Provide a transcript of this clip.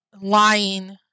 lying